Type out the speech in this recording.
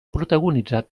protagonitzat